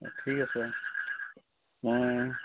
ঠিক আছে মই